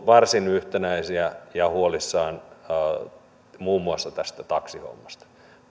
varsin yhtenäisiä ja huolissamme muun muassa tästä taksihommasta